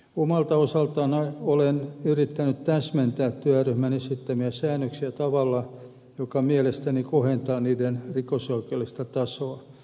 omalta osaltani olen yrittänyt täsmentää työryhmän esittämiä säännöksiä tavalla joka mielestäni kohentaa niiden rikosoikeudellista tasoa